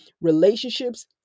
relationships